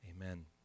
Amen